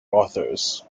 authors